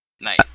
Nice